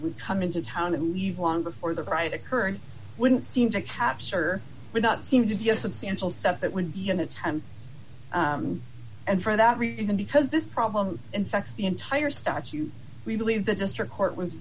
would come into town and leave long before the right occurring wouldn't seem to capture would not seem to be a substantial stuff it would be an attempt and for that reason because this problem infects the entire statute we believe the district court was